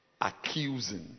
Accusing